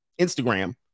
Instagram